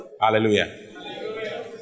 Hallelujah